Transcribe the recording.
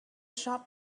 shop